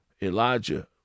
Elijah